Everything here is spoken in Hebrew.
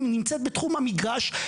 נמצאת בתחום המגרש.